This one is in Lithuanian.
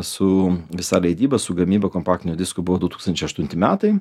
su visa leidyba su gamyba kompaktinių diskų buvo du tūkstančiai aštunti metai